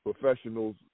professionals